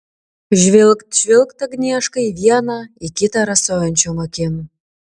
žvilgt žvilgt agnieška į vieną į kitą rasojančiom akim